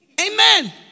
Amen